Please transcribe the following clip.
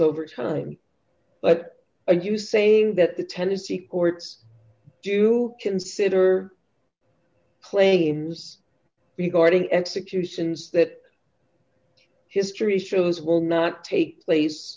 over time but are you saying that the tendency courts do consider playing games recording executions that history shows will not take place